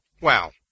Well